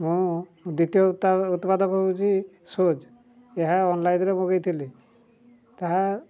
ମୁଁ ଦ୍ୱିତୀୟ ଉତ୍ପାଦକ ହେଉଛି ସୁଜ୍ ଏହା ଅନଲାଇନ୍ରେ ମଗାଇଥିଲି ତାହା